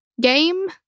game